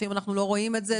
לפעמים אנחנו לא רואים את זה,